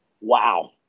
wow